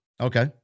Okay